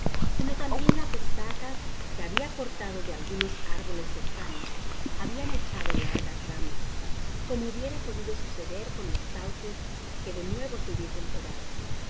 sino tambien las estacas que habia cortado de algunos árboles cercanos habian echado largas ramas como hubiera podido suceder con los sauces que de nuevo se hubiesen